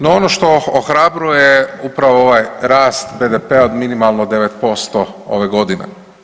No ono što ohrabruje upravo ovaj rast BDP-a od minimalno 9% ove godine.